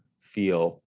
feel